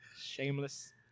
Shameless